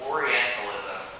Orientalism